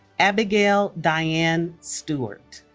abigail diane stewart